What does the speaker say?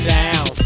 down